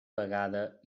vegada